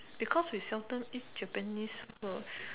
because we seldom eat Japanese food